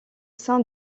sein